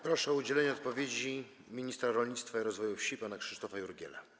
Proszę o udzielenie odpowiedzi ministra rolnictwa i rozwoju wsi pana Krzysztofa Jurgiela.